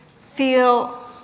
feel